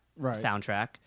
soundtrack